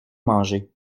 manger